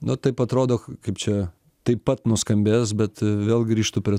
nu taip atrodo kaip čia taip pat nuskambės bet vėl grįžtu prie